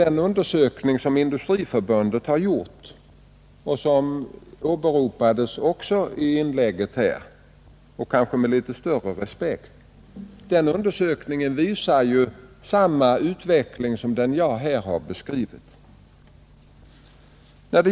Den undersökning som Industriförbundet har gjort och som också åberopades här i debatten — kanske med litet större respekt — visar samma utveckling som den jag har beskrivit.